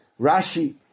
Rashi